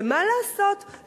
ומה לעשות,